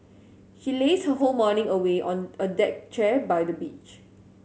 she lazed whole morning away on a deck chair by the beach